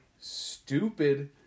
stupid